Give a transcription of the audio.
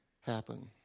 happen